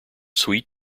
sweet